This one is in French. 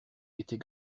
était